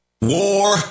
War